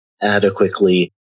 adequately